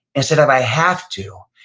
instead of, i have to,